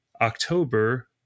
October